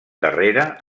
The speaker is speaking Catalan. darrere